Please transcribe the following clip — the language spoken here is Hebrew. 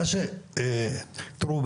תראו,